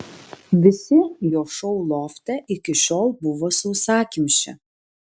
visi jo šou lofte iki šiol buvo sausakimši